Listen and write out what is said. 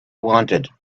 wanted